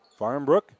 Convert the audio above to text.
Farmbrook